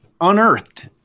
Unearthed